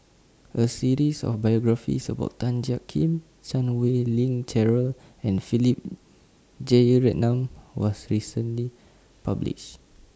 A series of biographies about Tan Jiak Kim Chan Wei Ling Cheryl and Philip Jeyaretnam was recently published